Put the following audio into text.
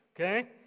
Okay